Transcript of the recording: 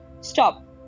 stop